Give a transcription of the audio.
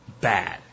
bad